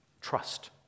Trust